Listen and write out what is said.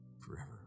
forever